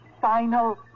final